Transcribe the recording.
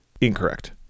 Incorrect